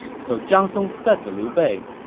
so zhang song said to liu bei,